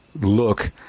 look